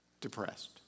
depressed